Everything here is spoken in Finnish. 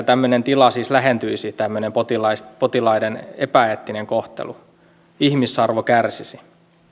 tämmöinen tila lähentyisi tämmöinen potilaiden potilaiden epäeettinen kohtelu ihmisarvo kärsisi